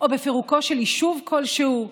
או בפירוקו של יישוב כלשהו.